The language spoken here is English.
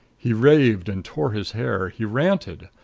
he raved and tore his hair. he ranted.